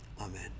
Amen